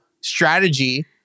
strategy